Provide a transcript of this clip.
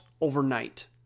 overnight